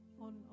on